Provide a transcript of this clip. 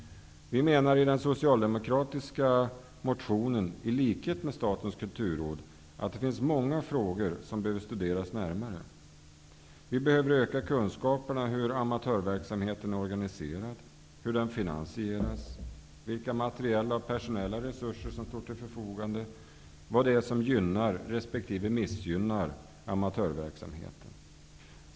Vi menar i den socialdemokratiska motionen, i likhet med Statens kulturråd, att det finns många frågor som behöver studeras närmare. Vi behöver öka kunskapen om hur amatörverksamheten är organiserad, hur den finansieras, vilka materiella och personella resurser som står till förfogande och vad det är som gynnar resp. missgynnar amatörverksamheten.